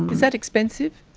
that expensive?